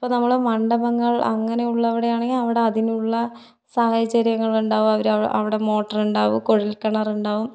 ഇപ്പോൾ നമ്മൾ മണ്ഡപങ്ങൾ അങ്ങനെയുള്ളവിടെയാണെങ്കിൽ അവിടതിനുള്ള സാഹചര്യങ്ങളുണ്ടാകും അവർ അവിടെ മോട്ടറുണ്ടാകും കുഴൽ കിണറുണ്ടാകും